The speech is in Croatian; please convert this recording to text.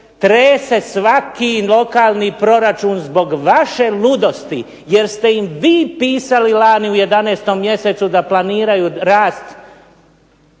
trese svaki lokalni proračun zbog vaše ludosti jer ste im vi pisali lani u 11. mjesecu da planiraju rast